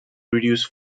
reduce